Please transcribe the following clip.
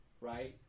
Right